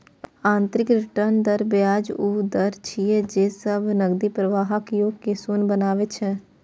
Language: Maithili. आंतरिक रिटर्न दर ब्याजक ऊ दर छियै, जे सब नकदी प्रवाहक योग कें शून्य बनबै छै